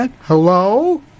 hello